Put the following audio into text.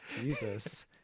Jesus